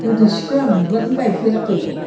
गोदो सिख्लायाव आं बिबारखोनो गायफेराखै